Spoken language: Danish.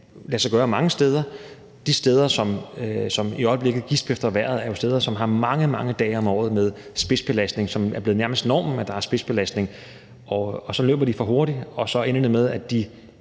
lade sig gøre. De steder, hvor de så i øjeblikket gisper efter vejret, er jo de steder, hvor de har mange, mange dage om året med spidsbelastning – det er nærmest blevet normen, at der er spidsbelastning – og de løber så for hurtigt, og det ender så med, at de